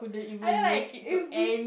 I know like if we